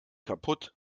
kaputt